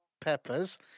peppers